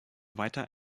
weiter